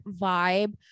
vibe